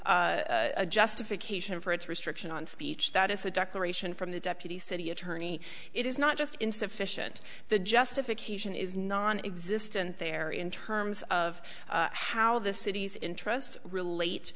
a justification for its restriction on speech that is a declaration from the deputy city attorney it is not just insufficient the justification is non existant there in terms of how the city's interest relates